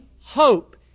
hope